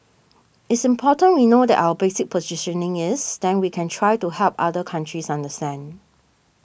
it's important we know what our basic positioning is then we can try to help other countries understand